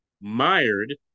mired